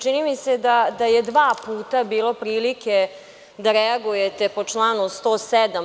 Čini mi se da je dva puta bilo prilike da reagujete po članu 107.